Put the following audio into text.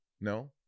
No